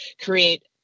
create